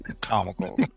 comical